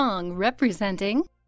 representing